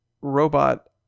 robot